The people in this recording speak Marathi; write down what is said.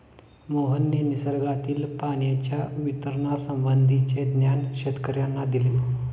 मोहनने निसर्गातील पाण्याच्या वितरणासंबंधीचे ज्ञान शेतकर्यांना दिले